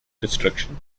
destruction